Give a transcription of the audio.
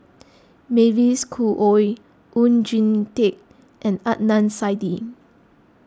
Mavis Khoo Oei Oon Jin Teik and Adnan Saidi